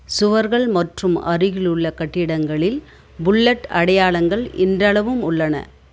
சுவர்கள் மற்றும் அருகிலுள்ள கட்டிடங்களில் புல்லட் அடையாளங்கள் இன்றளவும் உள்ளன